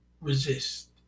resist